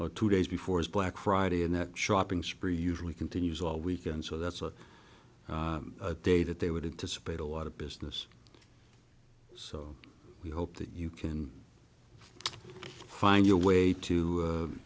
or two days before is black friday and that shopping spree usually continues all weekend so that's a day that they would have to spend a lot of business so we hope that you can find your way to